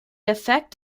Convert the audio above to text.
effect